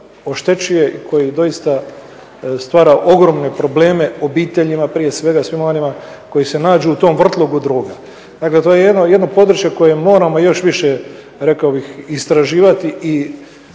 oštećuje i koji doista stvara ogromne probleme obiteljima prije svega i svima onima koji se nađu i tom vrtlogu droga. Dakle, to je jedno područje koje moramo još više rekao bih istraživati i